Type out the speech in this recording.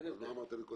יש הבדל בנתונים.